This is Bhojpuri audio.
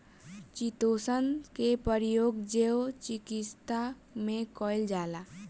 चितोसन के प्रयोग जैव चिकित्सा में कईल जाला